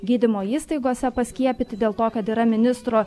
gydymo įstaigose paskiepyti dėl to kad yra ministro